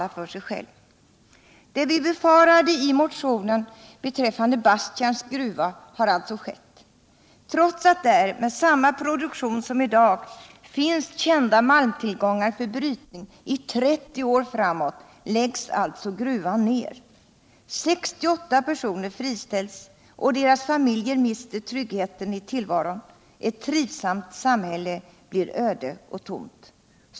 Det vi befarade i motionen beträffande Bastkärns gruva har alltså skett. Trots att där med samma produktion som i dag finns kända malmtillgångar för brytning i 30 år framåt läggs alltså gruvan ner. 68 personer friställs och deras familjer mister tryggheten i tillvaron. Ett trivsamt samhälle blir öde och tomt.